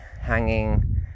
hanging